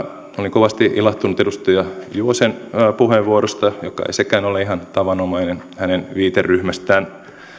kovasti ilahtunut edustaja juvosen puheenvuorosta joka ei sekään ole ihan tavanomainen hänen viiteryhmästään